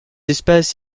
espèce